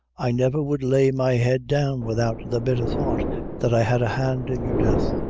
i never would lay my head down without the bitther thought that i had a hand in your death.